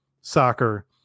soccer